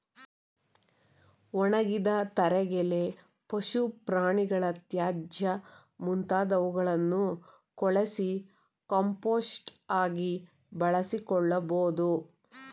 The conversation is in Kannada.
ಒಣಗಿದ ತರಗೆಲೆ, ಪಶು ಪ್ರಾಣಿಗಳ ತ್ಯಾಜ್ಯ ಮುಂತಾದವುಗಳನ್ನು ಕೊಳಸಿ ಕಾಂಪೋಸ್ಟ್ ಆಗಿ ಬಳಸಿಕೊಳ್ಳಬೋದು